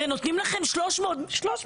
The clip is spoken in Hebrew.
הרי נותנים לכם 300 מטר.